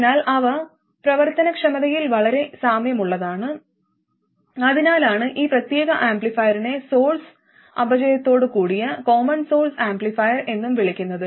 അതിനാൽ അവ പ്രവർത്തനക്ഷമതയിൽ വളരെ സാമ്യമുള്ളതാണ് അതിനാലാണ് ഈ പ്രത്യേക ആംപ്ലിഫയറിനെ സോഴ്സ് അപചയത്തോടുകൂടിയ കോമൺ സോഴ്സ് ആംപ്ലിഫയർ എന്നും വിളിക്കുന്നത്